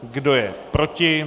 Kdo je proti?